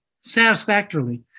satisfactorily